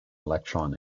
electron